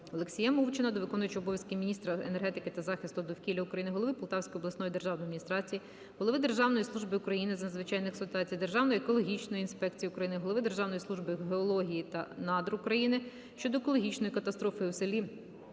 Олексія Мовчана до виконуючої обов'язки міністра енергетики та захисту довкілля України, голови Полтавської обласної державної адміністрації, Голови Державної служби України з надзвичайних ситуацій, Державної екологічної інспекції України, Голови Державної служби геології та надр України щодо екологічної катастрофи у селі